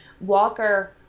walker